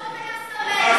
אז זה חוק, גוליית.